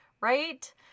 right